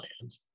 land